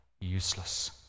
useless